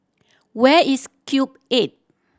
where is Cube Eight